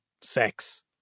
sex